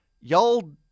y'all